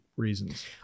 reasons